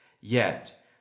Yet